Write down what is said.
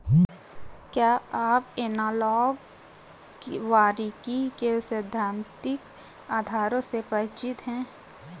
क्या आप एनालॉग वानिकी के सैद्धांतिक आधारों से परिचित हैं?